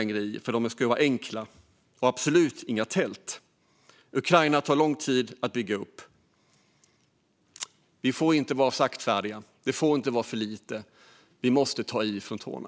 Det ska absolut inte vara några tält. Ukraina kommer att ta lång tid att bygga upp. Vi får inte vara saktfärdiga. Det får inte vara för lite. Vi måste ta i från tårna.